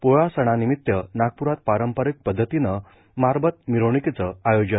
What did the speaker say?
पोळा सणानिमित्त नागपुरात पारंपरिक पद्धतीनं मारबत मिरवणूकीचं आयोजन